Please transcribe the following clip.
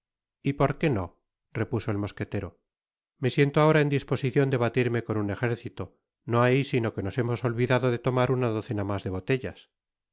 y por qué nó repuso el mosquetero me siento ahora en disposicion de batirme con un ejército no hay sino que nos hemos olvidado de tomar una docena mas de botellas